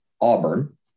Auburn